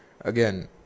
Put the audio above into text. again